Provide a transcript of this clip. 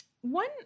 One